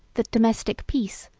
that domestic peace,